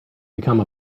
become